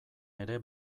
ere